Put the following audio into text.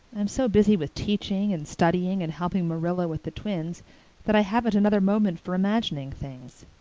i'm so busy with teaching and studying and helping marilla with the twins that i haven't another moment for imagining things.